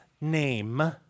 name